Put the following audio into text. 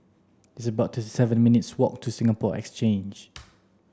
it's about thirty seven minutes' walk to Singapore Exchange